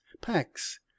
packs